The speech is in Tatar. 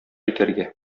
итәргә